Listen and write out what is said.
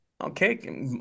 Okay